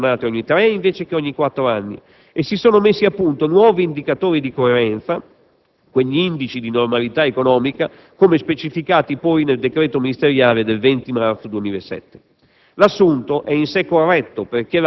Si è previsto che gli studi vengano aggiornati ogni tre, invece che ogni quattro anni, e si sono messi a punto nuovi indicatori di coerenza, quegli indici di normalità economica come specificati poi nel decreto ministeriale del 20 marzo 2007.